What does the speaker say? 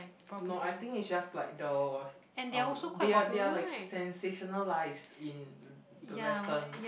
no I think it's just like there was um they are they are like sensationalised in the Western